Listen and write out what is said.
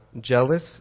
jealous